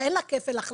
הרי אין לה כפל הכנסות.